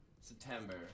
September